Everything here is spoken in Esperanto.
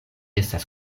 estas